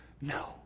No